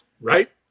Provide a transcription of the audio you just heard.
right